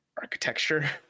architecture